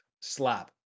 Slap